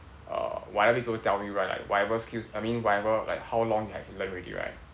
uh whatever they go and tell you right like whatever skills I mean whatever like how long have you learnt already right